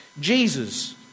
Jesus